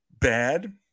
Bad